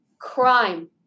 crime